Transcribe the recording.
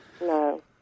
No